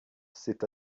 c’est